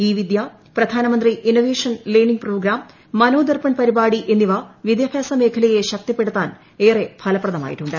E Vidya പ്രധാനമന്ത്രി innovation learning programme Manodarpan പരിപാടി എന്നിവ വിദ്യാഭ്യാസ മേഖലയെ ശക്തിപ്പെടുത്താൻ ഏറെ ഫലപ്രദമായിട്ടുണ്ട്